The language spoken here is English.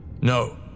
No